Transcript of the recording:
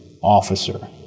officer